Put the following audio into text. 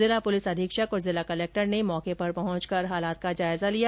जिला पुलिस अधीक्षक और जिला कलेक्टर ने मौके पर पहुंचकर हालात का जायजा लिया